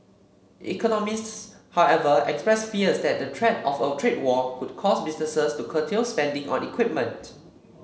economists however expressed fears that the threat of a trade war could cause businesses to curtail spending on equipment